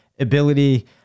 ability